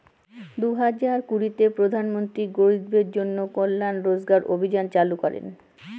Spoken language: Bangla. দুই হাজার কুড়িতে প্রধান মন্ত্রী গরিবদের জন্য কল্যান রোজগার অভিযান চালু করেন